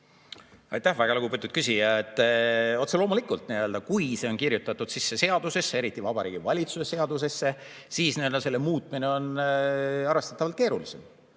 Aitäh, väga lugupeetud küsija! Otse loomulikult, kui see on kirjutatud sisse seadustesse, eriti Vabariigi Valitsuse seadusesse, siis selle muutmine on arvestatavalt keerulisem.